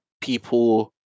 people